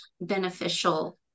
beneficial